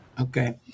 Okay